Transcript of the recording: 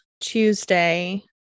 Tuesday